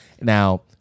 now